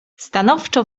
stanowczo